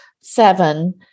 seven